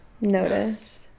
noticed